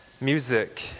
music